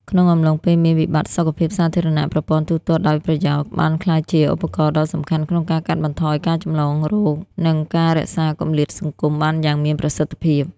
ក្នុងអំឡុងពេលមានវិបត្តិសុខភាពសាធារណៈ ប្រព័ន្ធទូទាត់ដោយប្រយោល បានក្លាយជាឧបករណ៍ដ៏សំខាន់ក្នុងការកាត់បន្ថយការចម្លងរោគ និងការរក្សាគម្លាតសង្គមបានយ៉ាងមានប្រសិទ្ធភាព។